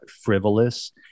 frivolous